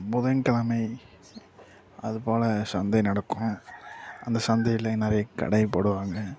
புதன்கிழமை அதுபோல சந்தை நடக்கும் அந்த சந்தையில் நிறைய கடை போடுவாங்க